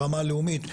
ברמה הלאומית,